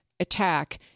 Attack